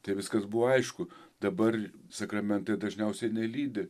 tai viskas buvo aišku dabar sakramentai dažniausiai nelydi